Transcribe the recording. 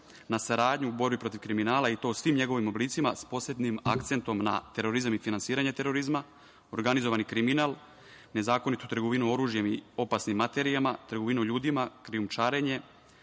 na saradnju u borbi protiv kriminala i to u svim njegovim oblicima, sa posebnim akcentom na terorizam i finansiranje terorizma, organizovani kriminal, nezakonitu trgovinu oružjem i opasnim materijama, trgovinu ljudima, krijumčarenje,